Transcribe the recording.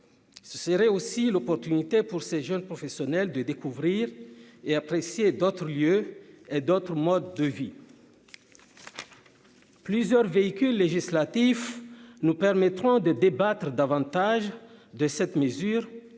Ce serait aussi l'opportunité pour ces jeunes professionnels de découvrir et apprécier d'autres lieux d'autres modes de vie. Plusieurs véhicules législatifs nous permettront de débattre davantage de cette mesure,